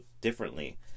differently